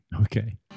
Okay